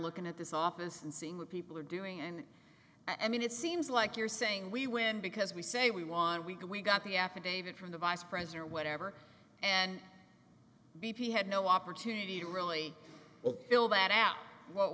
looking at this office and seeing what people are doing and i mean it seems like you're saying we win because we say we won we can we got the affidavit from the vice president whatever and b p had no opportunity to really fill that out w